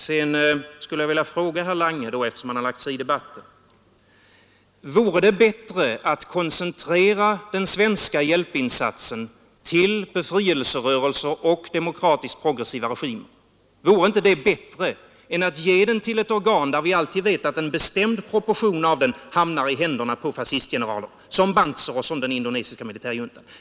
: Sedan vill jag fråga herr Lange, eftersom han har lagt sig i debatten: Vore det inte bättre att koncentrera den svenska hjälpinsatsen till befrielserörelser och till demokratiskt progressiva regimer än att ge hjälpen till ett organ, där vi vet att en bestämd proportion av hjälpen hamnar i händerna på fascistgeneraler som Banzer eller hos den indonesiska militärjuntan?